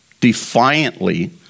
defiantly